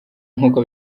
nk’uko